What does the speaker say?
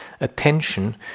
attention